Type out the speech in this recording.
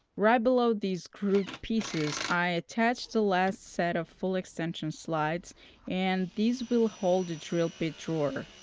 right below these grooved pieces, i attached the last set of full extension slides and these will hold the drill bit drawer.